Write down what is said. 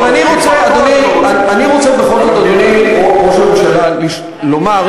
אדוני ראש הממשלה,